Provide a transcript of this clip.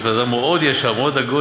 שאתה אדם מאוד ישר ומאוד הגון,